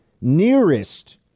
nearest